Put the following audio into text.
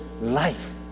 life